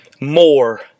More